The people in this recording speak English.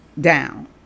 down